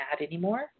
anymore